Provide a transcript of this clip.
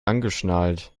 angeschnallt